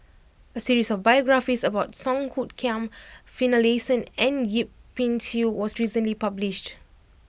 a series of biographies about Song Hoot Kiam Finlayson and Yip Pin Xiu was recently published